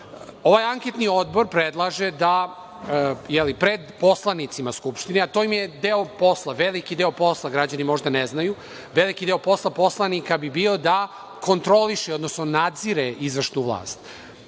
anketni odbor predlaže da, je li, pred poslanicima Skupštine, a to im je deo posla, veliki deo posla, građani možda ne znaju, poslanika bi bio da kontroliše, odnosno nadzire izvršnu vlast.